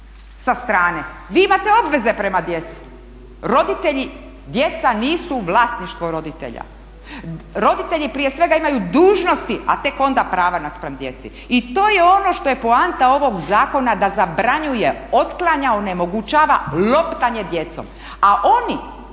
sa strane. Vi imate obveze prema djeci. Djeca nisu vlasništvo roditelja, roditelji prije svega imaju dužnosti, a tek onda prava naspram djece. I to je ono što je poanta ovog zakona da zabranjuje, otklanja, onemogućava loptanje djecom. A oni